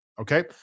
Okay